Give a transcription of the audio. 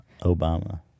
Obama